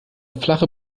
flache